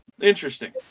Interesting